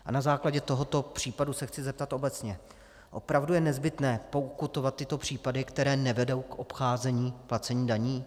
A na základě tohoto případu se chci zeptat obecně: Opravdu je nezbytné pokutovat tyto případy, které nevedou k obcházení placení daní?